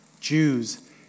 Jews